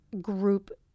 group